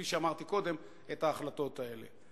כפי שאמרתי קודם, את ההחלטות האלה.